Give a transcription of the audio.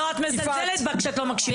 לא, את מזלזלת בה כשאת לא מקשיבה.